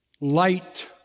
light